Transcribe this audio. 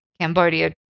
cambodia